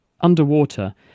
underwater